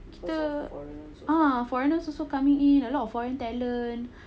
kita ah foreigners also coming in a lot of foreign talent